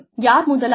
யார் முதலாளி